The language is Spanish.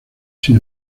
sin